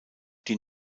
die